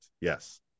Yes